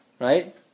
Right